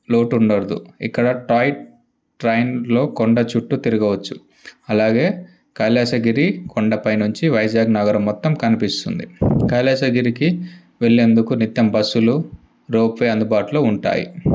లోటు ఉండదు ఇక్కడ టాయ్ ట్రైన్లో కొండ చుట్టూ తిరగవచ్చు అలాగే కైలాసగిరి కొండ పైనుంచి వైజాగ్ నగరం మొత్తం కనిపిస్తుంది కైలాసగిరికి వెళ్ళేందుకు నిత్యం బస్సులు రోప్వే అందుబాటులో ఉంటాయి